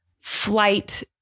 flight